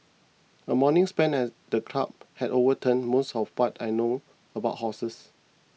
a morning spent at the club has overturned most of what I know about horses